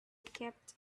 kept